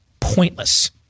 Pointless